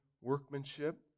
Workmanship